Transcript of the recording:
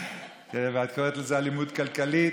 את קוראת לזה אלימות כלכלית,